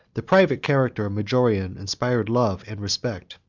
the private character of majorian inspired love and respect.